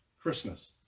Christmas